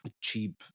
cheap